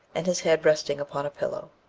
and his head resting upon a pillow.